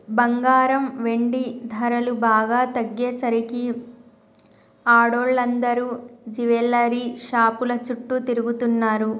బంగారం, వెండి ధరలు బాగా తగ్గేసరికి ఆడోళ్ళందరూ జువెల్లరీ షాపుల చుట్టూ తిరుగుతున్నరు